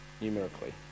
numerically